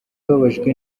babajijwe